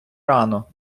рану